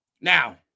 Now